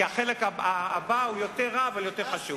כי החלק הבא הוא יותר רע אבל יותר חשוב.